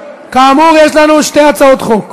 כאמור, יש לנו שתי הצעות חוק: